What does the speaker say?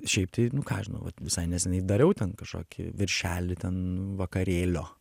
šiaip tai nu ką aš žinau vat visai neseniai dariau ten kažkokį viršelį ten vakarėlio